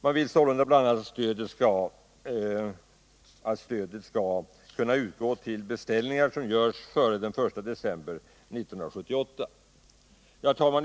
Förslaget i motionen innebär sålunda att stödet skall kunna utgå till beställningar som görs före den I december 1978. Herr talman!